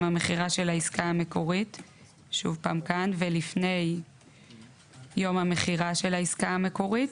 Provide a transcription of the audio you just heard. המכירה של העסקה המקורית ולפני יום המכירה של העסקה המקורית,